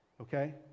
okay